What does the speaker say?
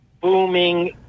booming